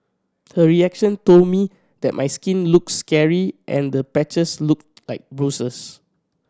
her reaction told me that my skin looked scary and the patches looked like bruises